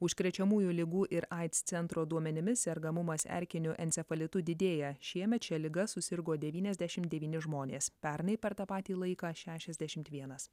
užkrečiamųjų ligų ir aids centro duomenimis sergamumas erkiniu encefalitu didėja šiemet šia liga susirgo devyniasdešim devyni žmonės pernai per tą patį laiką šešiasdešimt vienas